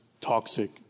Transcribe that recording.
toxic